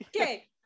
Okay